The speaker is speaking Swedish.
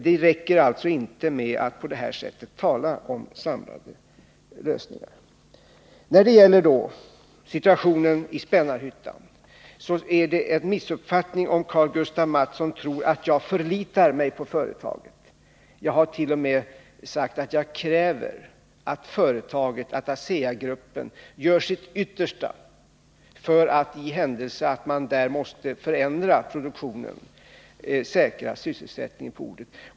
Det räcker alltså inte med att på det här sättet tala om samlande lösningar. När det gäller situationen i Spännarhyttan är det en missuppfattning om Karl-Gustaf Mathsson tror att jag förlitar mig på företaget. Jag hart.o.m. sagt att jag kräver att ASEA-gruppen gör sitt yttersta för att — i händelse man där måste förändra produktionen — säkra sysselsättningen på orten.